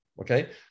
okay